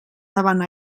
davant